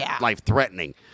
life-threatening